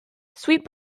sweet